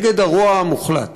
נגד הרוע המוחלט.